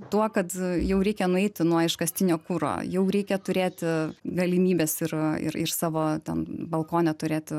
tuo kad jau reikia nueiti nuo iškastinio kuro jau reikia turėti galimybes ir ir savo tam balkone turėti